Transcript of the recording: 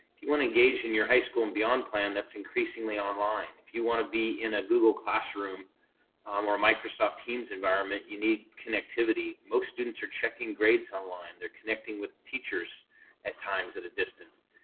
if you want to engage in your high school and beyond plan, that's increasingly online. if you want to be in a google classroom or microsoft teams environment, you need connectivity. most students are checking grades online. they're connecting with teachers at times at a distance.